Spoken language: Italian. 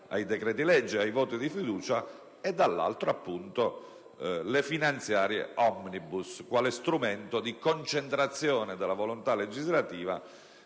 ai decreti-legge e ai voti di fiducia, dall'altro, le finanziarie *omnibus* quale strumento di concentrazione della volontà legislativa